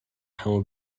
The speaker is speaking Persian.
همو